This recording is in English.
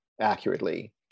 accurately